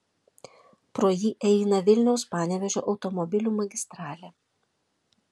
pro jį eina vilniaus panevėžio automobilių magistralė